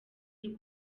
y’u